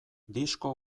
disko